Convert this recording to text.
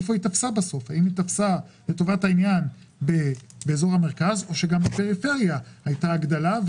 האם רק באזור המרכז או שגם בפריפריה הייתה הגדלה.